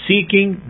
Seeking